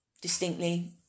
distinctly